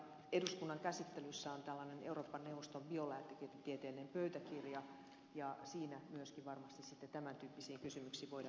eduskunnan käsittelyssä on tällainen euroopan neuvoston biolääketieteellinen pöytäkirja ja siinä myöskin varmasti sitten tämän tyyppisiin kysymyksiin voidaan ottaa kantaa